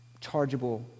chargeable